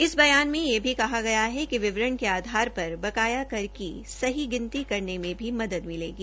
इस बयान में यह भी कहा गया है कि विवरण के आधार पर बकाया कर की सही गिनती करने में भी मदद मिलेगी